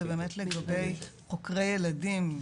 זה באמת לגבי חוקרי ילדים,